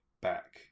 back